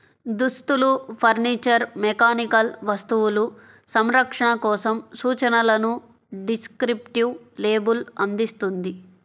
దుస్తులు, furniture, mechanical వస్తువులు, సంరక్షణ కోసం సూచనలను డిస్క్రిప్టివ్ లేబుల్ అందిస్తుంది